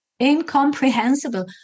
Incomprehensible